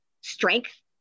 strength